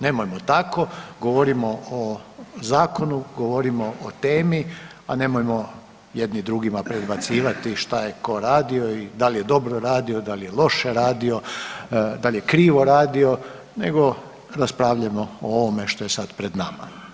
Nemojmo tako, govorimo o zakonu, govorimo o temi, a nemojmo jedni drugima predbacivati šta je tko radio i da li je dobro radio, da li je loše radio, da li je krivo radio nego raspravljajmo o ovome što je sad pred nama.